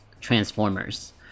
transformers